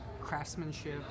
craftsmanship